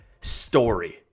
story